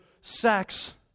sex